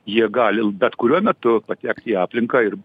jie gali bet kuriuo metu patekt į aplinką ir